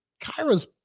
Kyra's